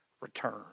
return